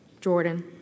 Jordan